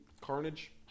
Carnage